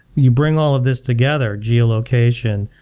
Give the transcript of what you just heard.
you bring all of these together, geo-location,